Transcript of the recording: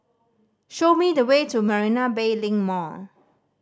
show me the way to Marina Bay Link Mall